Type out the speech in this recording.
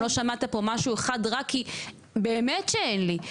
לא שמעת פה משהו אחד רע, כי באמת שאין לי.